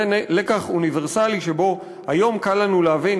זה לקח אוניברסלי שהיום קל לנו להבין,